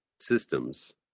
systems